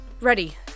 Ready